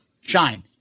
shine